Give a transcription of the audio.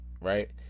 right